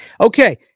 Okay